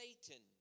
Satan